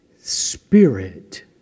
spirit